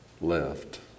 left